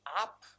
up